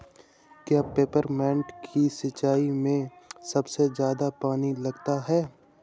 क्या पेपरमिंट की सिंचाई में सबसे ज्यादा पानी लगता है?